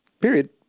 Period